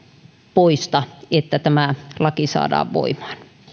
poista että tämä laki saadaan voimaan